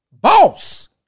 Boss